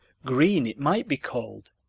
green it might be called,